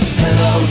hello